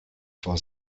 vor